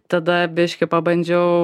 tada biškį pabandžiau